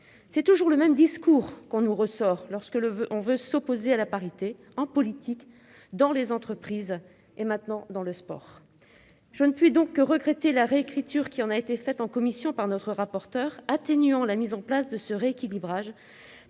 C'est toujours le même discours qu'on nous ressort, lorsque l'on veut s'opposer à la parité, en politique, dans les entreprises et maintenant dans le sport ! Je ne puis donc que regretter la réécriture faite en commission par notre rapporteur, qui atténue la mise en place de ce rééquilibrage